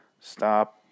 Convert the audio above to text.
stop